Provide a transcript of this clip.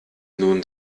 nun